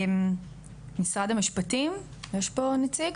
משרד המשפטים, יש פה נציג?